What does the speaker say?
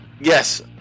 yes